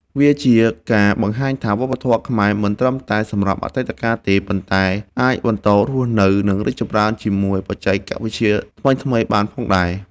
វាជាការបង្ហាញថា វប្បធម៌ខ្មែរមិនត្រឹមតែសម្រាប់អតីតកាលទេ ប៉ុន្តែអាចបន្តរស់នៅ និងរីកចម្រើនជាមួយបច្ចេកវិទ្យាថ្មីៗបានផងដែរ។